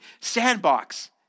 sandbox